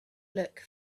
look